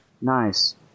Nice